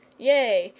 yea,